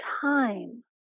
time